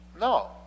No